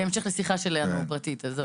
בהמשך לשיחה פרטית שלנו.